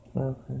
Okay